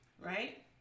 right